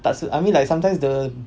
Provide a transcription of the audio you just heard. tak se~ I mean like sometimes the